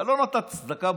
אתה לא נתת צדקה,